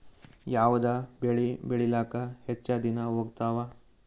ಯಾವದ ಬೆಳಿ ಬೇಳಿಲಾಕ ಹೆಚ್ಚ ದಿನಾ ತೋಗತ್ತಾವ?